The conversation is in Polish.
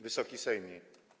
Wysoki Sejmie!